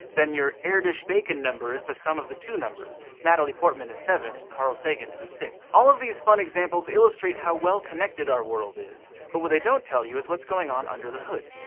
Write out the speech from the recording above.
then your erdos-bacon number is the sum of the two numbers natalie portman is seven, and carl sagan's is six. all of these fun examples illustrate how well-connected our world is, but what they don't tell you is what's going on under the hood,